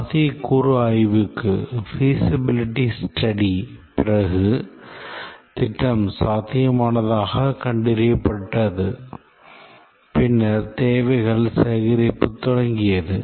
சாத்தியக்கூறு ஆய்வுக்குப் பிறகு திட்டம் சாத்தியமானதாகக் கண்டறியப்பட்டது பின்னர் தேவைகள் சேகரிப்பு தொடங்கியது